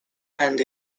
and